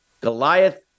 Goliath